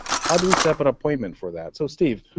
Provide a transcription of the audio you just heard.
how do we setup an appointment for that? so steve,